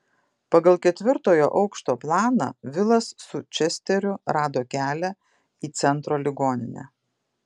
pagal ketvirtojo aukšto planą vilas su česteriu rado kelią į centro ligoninę